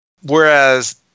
whereas